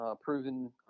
proven